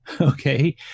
Okay